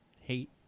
hate